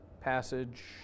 passage